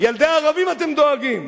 לילדי ערבים אתם דואגים.